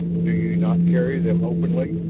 do you not carry them openly,